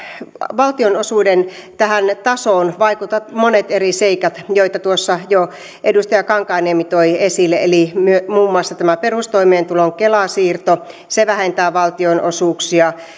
valtionosuuden tasoon vaikuttavat monet eri seikat joita tuossa jo edustaja kankaanniemi toi esille muun muassa tämä perustoimeentulon kela siirto vähentää valtionosuuksia ja